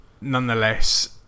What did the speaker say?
nonetheless